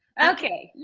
okay.